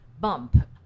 bump